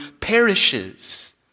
perishes